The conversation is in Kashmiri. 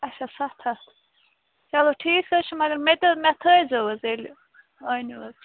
اَچھا سَتھ ہَتھ چلو ٹھیٖک حظ چھُ مگر مےٚ تہِ حظ مےٚ تھٲوزیٚو حظ تیٚلہِ أنِو حظ